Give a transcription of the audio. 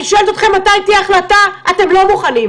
אני שואלת אתכם מתי תהיה החלטה אתם לא מוכנים.